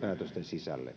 päätösten sisälle,